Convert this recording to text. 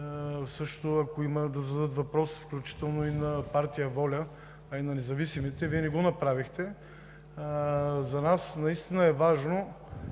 ДПС, ако имат да зададат въпрос, включително на Партия ВОЛЯ, а и на независимите – Вие не го направихте. За нас наистина е важно